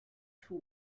two